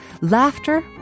laughter